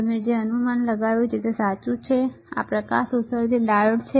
તમે જે અનુમાન લગાવ્યું છે તે સાચું છે આ પ્રકાશ ઉત્સર્જિત ડાયોડ શું છે